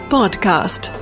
Podcast